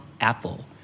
apple